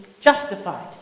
justified